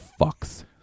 fucks